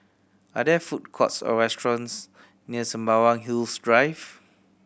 are there food courts or restaurants near Sembawang Hills Drive